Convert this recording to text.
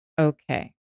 okay